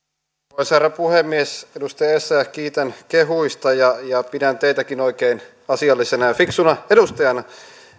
arvoisa herra puhemies edustaja essayah kiitän kehuista ja ja pidän teitäkin oikein asiallisena ja fiksuna edustajana